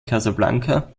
casablanca